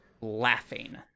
laughing